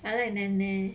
I like and neh neh